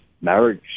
marriage